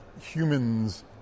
humans